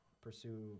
pursue